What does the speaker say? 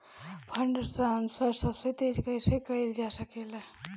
Fund transfer सबसे तेज कइसे करल जा सकेला?